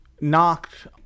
knocked